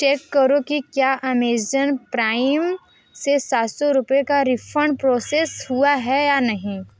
check करो कि क्या अमेज़न प्राइम से सात सौ रुपये का रिफ़ंड प्रोसेस हुआ है या नहीं